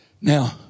Now